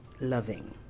loving